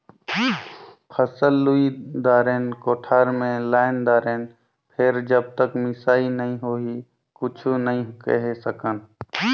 फसल लुई दारेन, कोठार मे लायन दारेन फेर जब तक मिसई नइ होही कुछु नइ केहे सकन